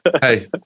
hey